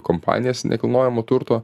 kompanijas nekilnojamo turto